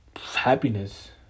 happiness